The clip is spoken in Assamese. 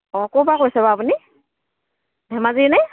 অঁ ক'ৰপৰা কৈছে বাৰু আপুনি ধেমাজিৰ নে